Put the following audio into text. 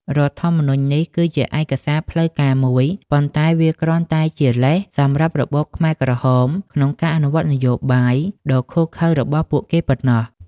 រដ្ឋធម្មនុញ្ញនេះគឺជាឯកសារផ្លូវការមួយ ប៉ុន្តែវាគ្រាន់តែជាលេសសម្រាប់របបខ្មែរក្រហមក្នុងការអនុវត្តនយោបាយដ៏ឃោរឃៅរបស់ពួកគេប៉ុណ្ណោះ។